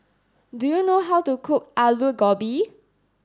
do you know how to cook Aloo Gobi